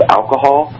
alcohol